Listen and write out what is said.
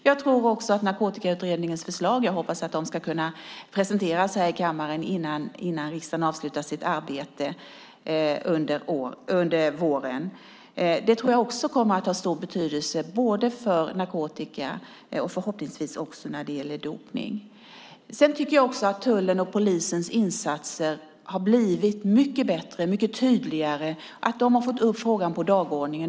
Jag hoppas att Narkotikautredningens förslag ska kunna presenteras här i kammaren innan riksdagen avslutar sitt arbete i vår. Det tror jag kommer att ha stor betydelse när det gäller narkotika och förhoppningsvis också dopning. Jag tycker att tullens och polisens insatser har blivit mycket bättre och tydligare. De har fått upp frågan på dagordningen.